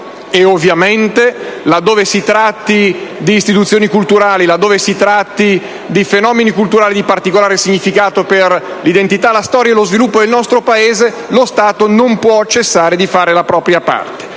Ovviamente, laddove si tratti di istituzioni e di fenomeni culturali di particolare significato per l'identità, la storia e lo sviluppo del nostro Paese, lo Stato non può cessare di fare la propria parte.